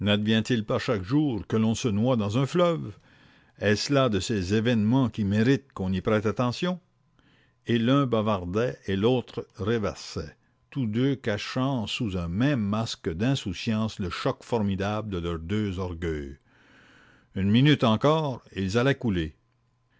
nadvient il pas chaque jour que l'on se noie dans un fleuve est-ce là de ces événements qui méritent qu'on y prête attention et l'un bavardait et l'autre rêvassait tous deux cachant sous un même masque d'insouciance le choc formidable de leurs deux orgueils une minute encore et ils allaient couler